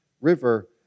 River